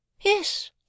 Yes